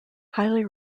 highly